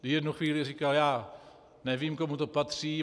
V jednu chvíli říkal: Já nevím, komu to patří.